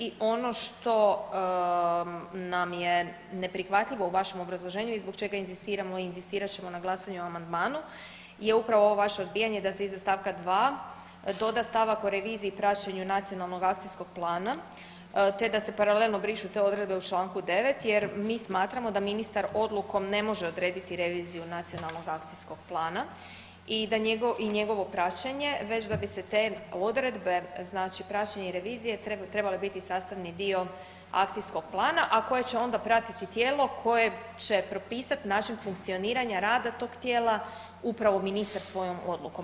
I ono što nam je neprihvatljivo u vašem obrazloženju i zbog čega inzistiramo i inzistirat ćemo o glasovanju o amandmanu je upravo ovo vaše odbijanje da se iza stavka 2. doda stavak o reviziji i praćenju Nacionalnog akcijskog plana, te da se paralelno brišu te odredbe u članku 9. jer mi smatramo da ministar odlukom ne može odrediti reviziju Nacionalnog akcijskog plana i njegovo praćenje već da bi se te odredbe, znači praćenje i revizije trebale biti sastavni dio akcijskog plana, a koje će onda pratiti tijelo koje će propisati način funkcioniranja rada tog tijela upravo ministar svojom odlukom.